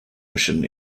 mission